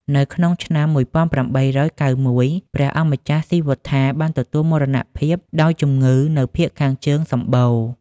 ក្នុងឆ្នាំ ១៨៩១ ព្រះអង្គម្ចាស់ស៊ីវត្ថាបានទទួលមរណភាពដោយជំងឺនៅភាគខាងជើងសំបូរ។